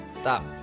Stop